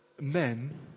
men